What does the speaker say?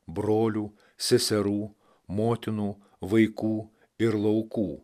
brolių seserų motinų vaikų ir laukų